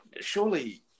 surely